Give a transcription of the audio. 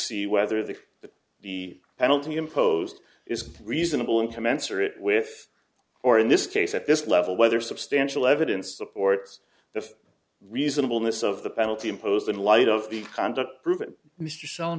see whether the that the penalty imposed is reasonable and commensurate with or in this case at this level whether substantial evidence supports the reasonableness of the penalty imposed in light of the conduct prove it mr s